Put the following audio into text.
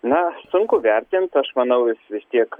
na sunku vertint aš manau jis vis tiek